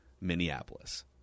Minneapolis